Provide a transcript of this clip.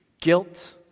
guilt